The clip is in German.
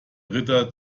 ritter